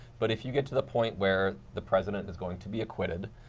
but if you get to the point where the president is going to be acquitted,